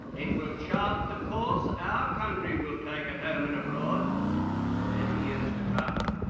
it will chart the course our country will take at home and abroad for many years to come.